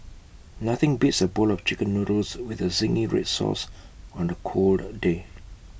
nothing beats A bowl of Chicken Noodles with the Zingy Red Sauce on A cold day